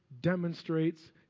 demonstrates